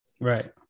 right